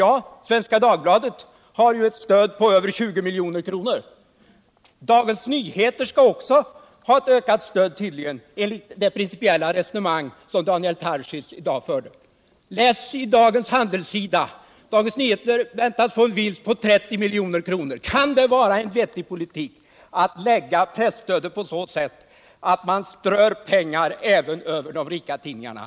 Ja, Svenska Dagbladet har ju ett stöd på över 20 milj.kr. Dagens Nyheter skall tydligen också ha ett ökat stöd enligt Daniel Tarschys principiella resonemang. Läs handelssidan i dag. Dagens Nyheter väntas få en vinst på 30 milj.kr. Kan det vara en vettig politik att ge presstöd på ett sådant sätt att man strör pengar även till de rika tidningarna?